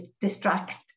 distract